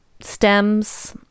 stems